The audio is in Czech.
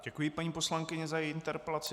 Děkuji paní poslankyni za její interpelaci.